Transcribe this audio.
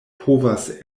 povas